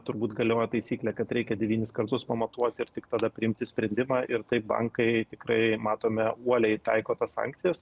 turbūt galioja taisyklė kad reikia devynis kartus pamatuoti ir tik tada priimti sprendimą ir taip bankai tikrai matome uoliai taiko tas sankcijas